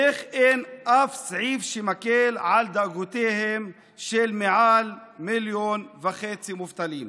איך אין אף סעיף שמקל על דאגותיהם של יותר ממיליון וחצי מובטלים?